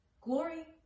Glory